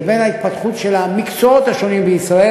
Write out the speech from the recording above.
לבין ההתפתחות של המקצועות השונים בישראל,